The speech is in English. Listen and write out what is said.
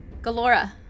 Galora